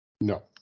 No